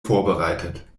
vorbereitet